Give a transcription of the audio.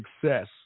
success